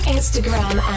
Instagram